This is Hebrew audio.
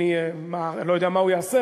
אני לא יודע מה הוא יעשה,